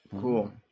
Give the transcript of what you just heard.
cool